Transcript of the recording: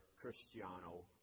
Cristiano